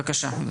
בבקשה.